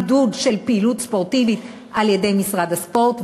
עידוד של פעילות ספורטיבית על-ידי משרד הספורט,